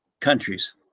countries